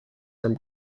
from